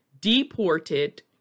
deported